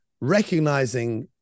recognizing